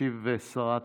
תשיב שרת הפנים.